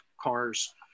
cars